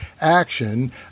action